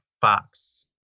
Fox